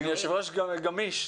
אני יושב ראש גמיש.